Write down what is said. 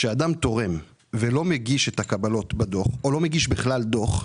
כשאדם תורם ולא מגיש את הקבלות בדוח או לא מגיש בכלל דוח,